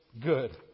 good